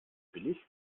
billig